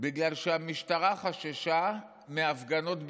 בגלל שהמשטרה חששה מהפגנות באיילון.